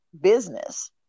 business